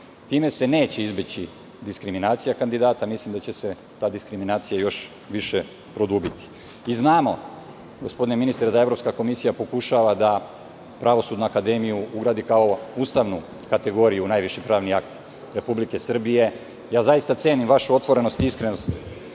Time se neće izbeći diskriminacija kandidata. Mislim da će se ta diskriminacija još više produbiti. Znamo, gospodine ministre, da Evropska komisija pokušava da Pravosudnu akademiju ugradi kao ustavnu kategoriju u najviši pravni akt Republike Srbije. Zaista cenim vašu otvorenost i iskrenost